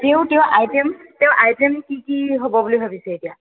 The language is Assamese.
তেও তেও আইটেম তেও আইটেম কি কি হ'ব বুলি ভাবিছে এতিয়া